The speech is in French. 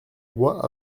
bois